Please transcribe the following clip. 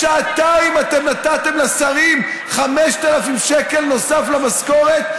בשעתיים אתם נתתם לשרים 5,000 שקל נוסף למשכורת.